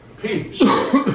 peace